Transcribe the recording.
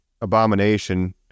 abomination